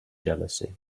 jealousy